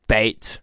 Bait